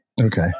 okay